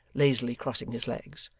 lazily crossing his legs.